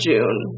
June